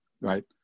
right